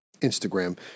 Instagram